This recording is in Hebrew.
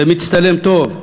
זה מצטלם טוב.